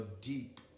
deep